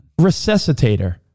resuscitator